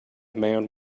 man